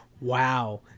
wow